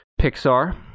Pixar